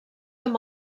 amb